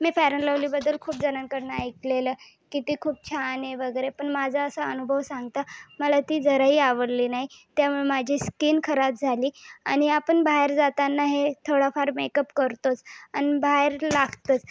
me fair and लव्हलीबद्दल खूप जणांकडून ऐकलेलं की ती खूप छान आहे वगैरे पण माझा असा अनुभव सांगता मला ती जराही आवडली नाही त्यामुळे माझी स्किन खराब झाली आणि आपण बाहेर जाताना हे थोडाफार मेकअप करतोच आणि बाहेर लागतंच